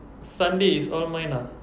sunday is all mine ah